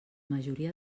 majoria